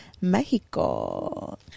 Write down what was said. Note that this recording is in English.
Mexico